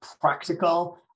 practical